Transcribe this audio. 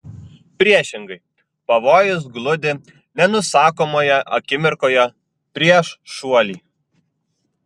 priešingai pavojus gludi nenusakomoje akimirkoje prieš šuoli